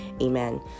amen